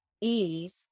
ease